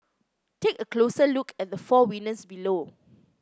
take a closer look at the four winners below